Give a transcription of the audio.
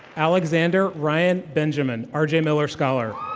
alexander ryan benjamin, arjay miller scholar.